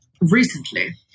recently